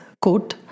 quote